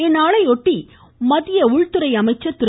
இந்நாளையொட்டி மத்திய உள்துறை அமைச்சர் திரு